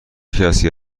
کسی